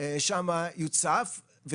שם יוצף,